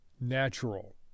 natural